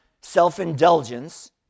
self-indulgence